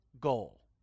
goal